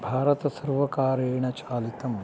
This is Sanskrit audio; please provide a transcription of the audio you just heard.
भारतसर्वकारेण चालितम्